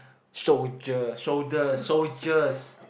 soldiers shoulder soldiers